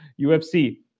UFC